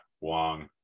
Wong